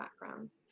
backgrounds